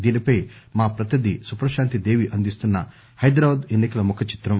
దీనిపై మా ప్రతినిధి సుప్రశాంతి దేవి అందిస్తున్న హైదరాబాద్ ఎన్ని కల ముఖ చిత్రం